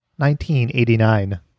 1989